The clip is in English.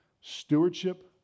stewardship